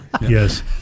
Yes